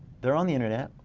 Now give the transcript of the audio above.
they're on the internet,